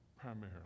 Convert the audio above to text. primarily